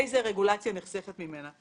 איזו רגולציה נחסכת ממנה.